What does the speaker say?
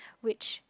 which